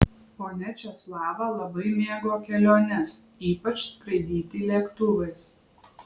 ponia česlava labai mėgo keliones ypač skraidyti lėktuvais